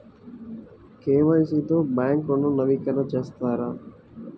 KYC తో bank ఋణం నవీకరణ చేస్తారా?